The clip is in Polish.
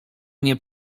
nie